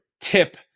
tip